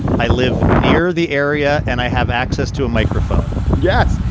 i live near the area and i have access to a microphone yes.